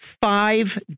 five